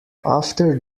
after